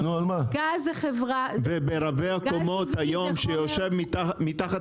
גז זה חומר --- והיום ברבי הקומות שיושב מתחת